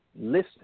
listen